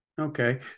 Okay